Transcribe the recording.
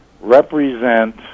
represent